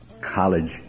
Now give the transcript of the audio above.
college